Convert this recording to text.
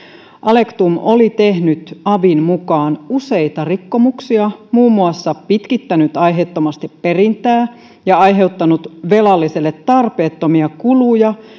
alektum oli tehnyt avin mukaan useita rikkomuksia muun muassa pitkittänyt aiheettomasti perintää ja aiheuttanut velalliselle tarpeettomia kuluja